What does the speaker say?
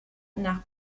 nach